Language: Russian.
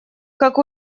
как